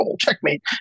checkmate